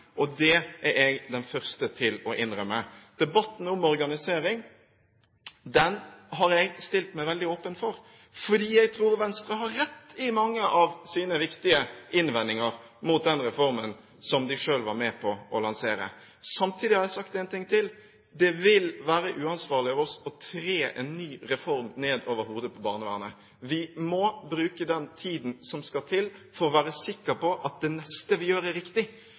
Det er jeg den første til å innrømme. Debatten om organisering har jeg stilt meg veldig åpen for, for jeg tror Venstre har rett i mange av sine viktige innvendinger mot den reformen som de selv var med på å lansere. Samtidig har jeg sagt én ting til: Det vil være uansvarlig av oss å tre en ny reform nedover hodet på barnevernet. Vi må bruke den tiden som skal til for å være sikre på at det neste vi gjør, er riktig.